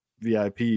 vip